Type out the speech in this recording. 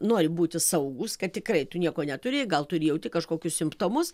nori būti saugūs kad tikrai tu nieko neturi gal tu ir jauti kažkokius simptomus